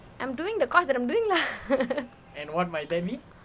I'm doing the course that I'm doing lah